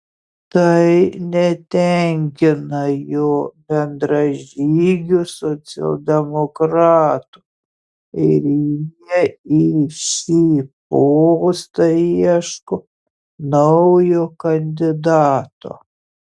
tai netenkina jo bendražygių socialdemokratų ir jie į šį postą ieško naujo kandidato